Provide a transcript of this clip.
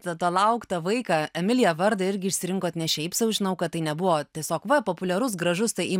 apie tą lauktą vaiką emiliją vardą irgi išsirinkot ne šiaip sau žinau kad tai nebuvo tiesiog va populiarus gražus tai